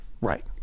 Right